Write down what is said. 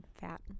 fat